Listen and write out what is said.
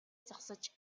зогсож